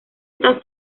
esta